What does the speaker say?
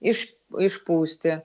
iš išpūsti